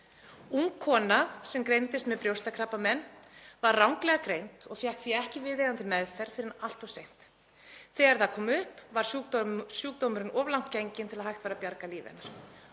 „Ung kona sem greindist með brjóstakrabbamein var ranglega greind og fékk því ekki viðeigandi meðferð fyrr en allt of seint. Þegar það kom upp var sjúkdómurinn of langt genginn til að hægt væri að bjarga lífi